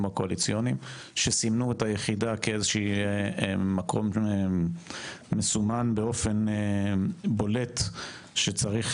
הקואליציוניים שסימנו את היחידה כאיזשהו מקום מסומן באופן בולט שצריך